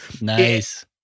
nice